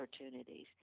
opportunities